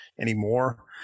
anymore